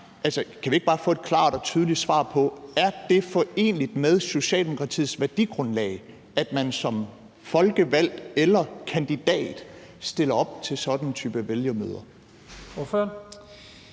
kan vi ikke bare få et klart og tydeligt svar på: Er det foreneligt med Socialdemokratiets værdigrundlag, at man som folkevalgt eller kandidat stiller op til sådan en type vælgermøder?